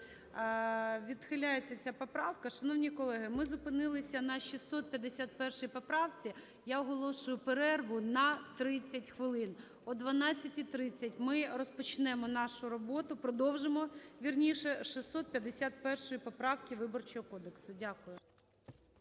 Відхиляється ця поправка. Шановні колеги, ми зупинилися на 651 поправці. Я оголошую перерву на 30 хвилин. О 12:30 ми розпочнемо нашу роботу, продовжимо, вірніше, з 651 поправки Виборчого кодексу. Дякую.